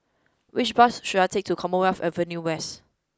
which bus should I take to Commonwealth Avenue West